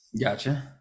gotcha